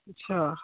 अच्छा